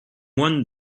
one